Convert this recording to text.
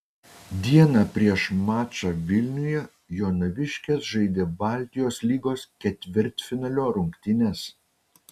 dieną prieš mačą vilniuje jonaviškės žaidė baltijos lygos ketvirtfinalio rungtynes